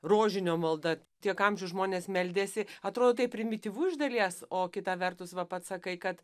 rožinio malda tiek amžių žmonės meldėsi atro taip primityvu iš dalies o kitą vertus va pats sakai kad